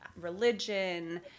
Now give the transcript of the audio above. religion